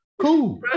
Cool